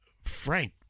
Frank